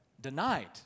denied